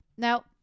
Now